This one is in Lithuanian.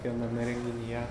viename renginyje